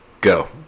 go